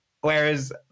Whereas